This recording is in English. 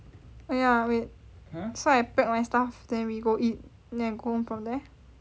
!aiya! wait so I pack my stuff then we go eat then I go home from there